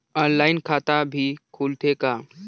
Online खाता भी खुलथे का?